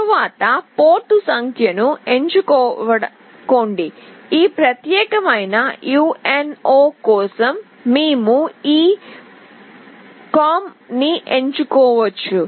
తరువాత పోర్ట్ సంఖ్యను ఎంచుకోండి ఈ ప్రత్యేకమైన UNO కోసం మేము ఈ COMM ని ఎంచుకోవచ్చు